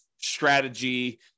strategy